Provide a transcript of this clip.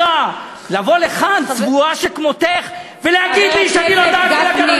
למענן, לבוא ולהגיד שאנחנו, זה הנשים שלכם.